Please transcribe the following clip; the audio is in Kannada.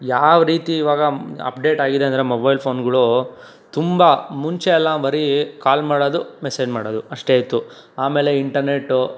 ಯಾವ ರೀತಿ ಈವಾಗ ಅಪ್ಡೇಟ್ ಆಗಿದೆ ಅಂದರೆ ಮೊಬೈಲ್ ಫೋನ್ಗಳು ತುಂಬ ಮುಂಚೆ ಎಲ್ಲ ಬರೀ ಕಾಲ್ ಮಾಡೋದು ಮೆಸೇಜ್ ಮಾಡೋದು ಅಷ್ಟೇ ಇತ್ತು ಆಮೇಲೆ ಇಂಟರ್ನೆಟ್ಟು